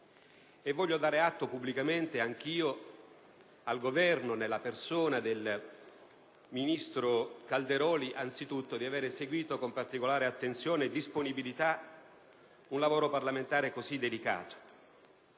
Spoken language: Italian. anch'io dar atto pubblicamente al Governo, nella persona del ministro Calderoli, in primo luogo, di aver seguito con particolare attenzione e disponibilità un lavoro parlamentare così delicato.